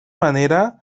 manera